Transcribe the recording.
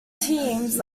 teams